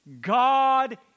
God